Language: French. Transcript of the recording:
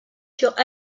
sur